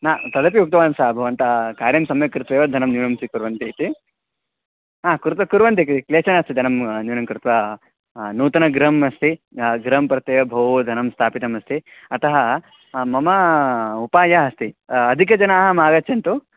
न तदपि उक्तवान् सः भवन्तः कार्यं सम्यक् कृत्वा एव धनं न्यूनं स्वीकुर्वन्ति इति हा कृत् कुर्वन्ति कि क्लेशः नास्ति धनं न्यूनं कृत्वा नूतनं गृहम् अस्ति गृहं प्रत्येव बहु धनं स्थापितमस्ति अतः मम उपायः अस्ति अधिकाः जनाः मागच्छन्तु